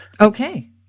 Okay